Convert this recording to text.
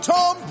Tom